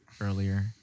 earlier